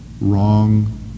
wrong